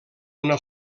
una